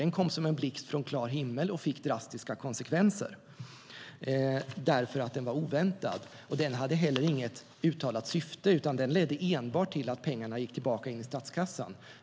Den kom som en blixt från klar himmel och fick drastiska konsekvenser eftersom den var oväntad. Den hade inte heller något uttalat syfte, utan den ledde enbart till att pengarna gick tillbaka in i statskassan.